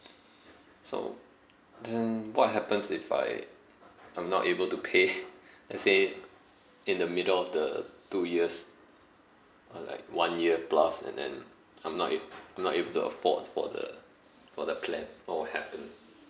so then what happens if I I'm not able to pay let's say in the middle of the two years or like one year plus and then I'm not ab~ I'm not able to afford for the for the plan what will happen